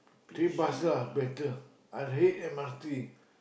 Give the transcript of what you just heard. take bus lah better I hate M_R_T